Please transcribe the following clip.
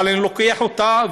אבל אני לוקח אותה.